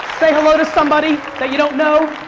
say hello to somebody, that you don't know.